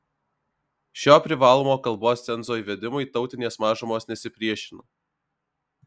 šio privalomo kalbos cenzo įvedimui tautinės mažumos nesipriešino